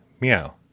Meow